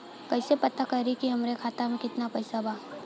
कइसे पता करि कि हमरे खाता मे कितना पैसा बा?